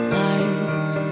light